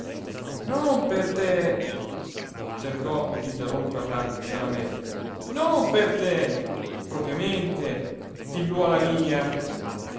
non per te cercò d'interromperla sciaramè non per te propriamente figliuola mia